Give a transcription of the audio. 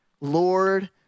Lord